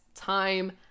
time